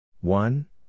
one